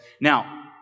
Now